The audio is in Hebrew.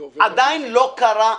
אל תטעו,